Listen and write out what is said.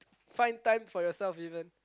find time for your self even